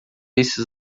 esses